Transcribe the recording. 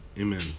amen